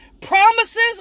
promises